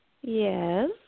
Yes